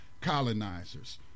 colonizers